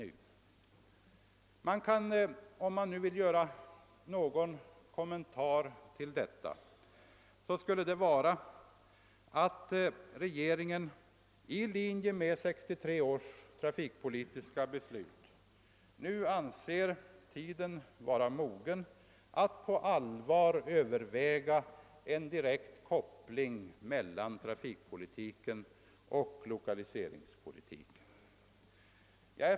Om det skall göras någon kommentar till vad jag nyss sagt skulle det vara den att regeringen i linje med 1963 års trafikpolitiska beslut anser att tiden är inne att på allvar överväga en direkt koppling mellan trafikpolitiken och lokaliseringspolitiken.